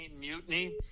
mutiny